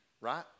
right